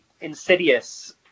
insidious